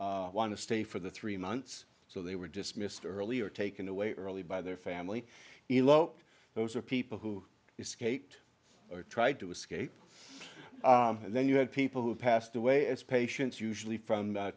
not want to stay for the three months so they were dismissed earlier taken away early by their family eloped those are people who escaped or tried to escape and then you had people who have passed away as patients usually from